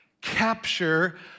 capture